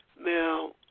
Now